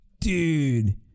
dude